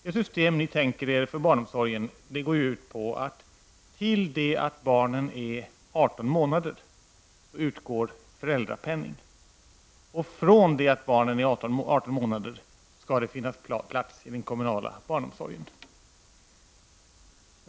Det system som ni tänker er för barnomsorgen går ju ut på att fram till det att barnen är 18 månader utbetalas föräldrapenning och att från det att barnen är 18 månader skall det finnas plats i den kommunala barnomsorgen.